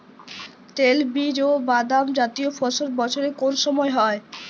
তৈলবীজ ও বাদামজাতীয় ফসল বছরের কোন সময় হয়?